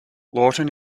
lawton